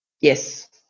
Yes